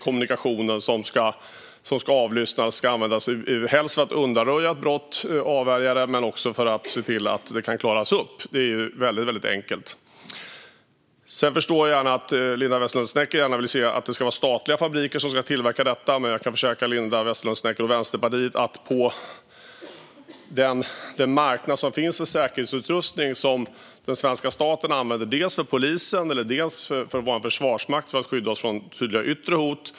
Kommunikationen ska avlyssnas helst för att man ska kunna avvärja brott men också för att man ska kunna klara upp brott. Det är väldigt enkelt. Sedan förstår jag att Linda Westerlund Snecker gärna vill se att det är statliga fabriker som ska tillverka detta, men jag kan försäkra Linda Westerlund Snecker och Vänsterpartiet att det finns en marknad för säkerhetsutrustning som den svenska staten använder. Det gäller dels polisen, dels vår försvarsmakt som ska skydda oss från tydliga yttre hot.